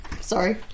Sorry